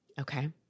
Okay